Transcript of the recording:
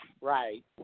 Right